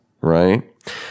right